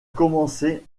commencé